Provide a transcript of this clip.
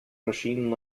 machine